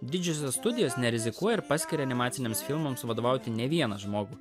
didžiosios studijos nerizikuoja ir paskiria animaciniams filmams vadovauti ne vieną žmogų